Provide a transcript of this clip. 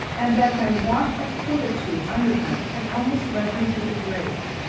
and that my want of fortitude under them had almost led me to the grave.